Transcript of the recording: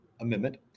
amendment